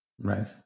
Right